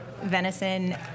venison